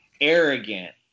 arrogant